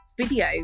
video